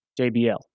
JBL